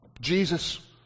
Jesus